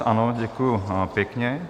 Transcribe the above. Ano, děkuji pěkně.